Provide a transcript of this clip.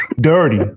Dirty